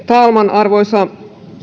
talman arvoisa